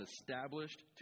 established